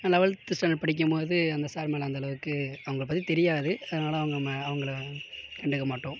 eleventh standard படிக்கும்போது அந்த sir மேல் அந்தளவுக்கு அவங்கள பற்றி தெரியாது அதனால அவங்க மே அவங்கள கண்டுக்க மாட்டோம்